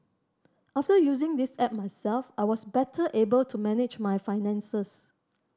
after using this app myself I was better able to manage my finances